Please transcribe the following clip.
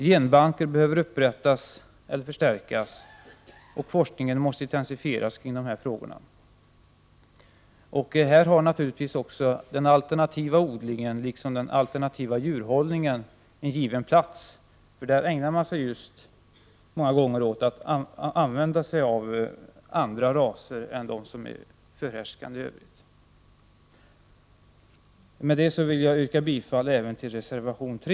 Genbanker behöver upprättas eller förstärkas, och forskningen måste intensifieras kring dessa frågor. Här har naturligtvis den alternativa odlingen liksom den alternativa djurhållningen en given plats, för där ägnar man sig många gånger åt att använda andra raser än de förhärskande. Med detta vill jag yrka bifall även till reservation 3.